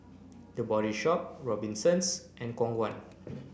the Body Shop Robinsons and Khong Guan